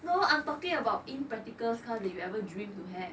no I'm talking about impractical cars that you ever dream to have